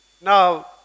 Now